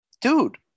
Dude